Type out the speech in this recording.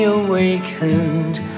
awakened